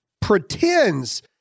pretends